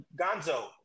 Gonzo